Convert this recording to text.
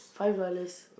five dollars